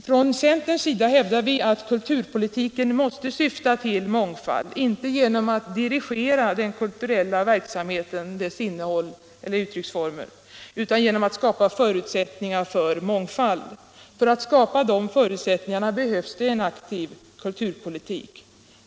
Från centern hävdar vi att kulturpolitiken måste syfta till mångfald, inte genom att dirigera den kulturella verksamhetens innehåll eller uttrycksformer utan genom att skapa förutsättningar för mångfald. För att skapa dessa förutsättningar behövs det en aktiv kulturpolitik.